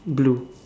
blue